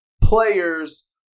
players